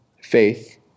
Faith